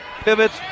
Pivots